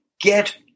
get